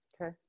Okay